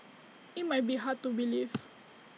IT might be hard to believe